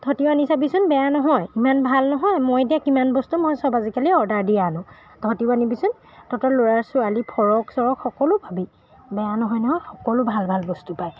তহঁতিও আনি চাবিচোন বেয়া নহয় ইমান ভাল নহয় মই এতিয়া কিমান বস্তু মই চব আজিকালি অৰ্ডাৰ দিয়ে আনোঁ তহঁতিও আনিবিচোন তহঁতৰ ল'ৰাৰ ছোৱালীৰ ফ্ৰক চ্ৰক সকলো পাবি বেয়া নহয় নহয় সকলো ভাল ভাল বস্তু পায়